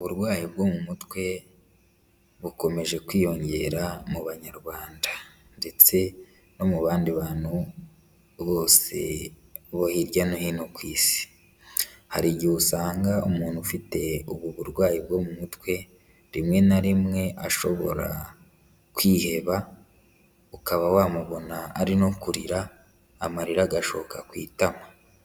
Uburwayi bwo mu mutwe bukomeje kwiyongera mu Banyarwanda ndetse no mu bandi bantu bose bo hirya no hino ku isi, hari igihe usanga umuntu ufite ubu burwayi bwo mu mutwe rimwe na rimwe ashobora kwiheba, ukaba wamubona ari no kurira amarira agashoka ku itama.